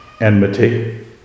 Enmity